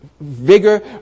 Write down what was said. vigor